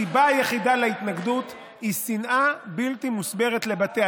הסיבה היחידה להתנגדות היא שנאה בלתי מוסברת לבתי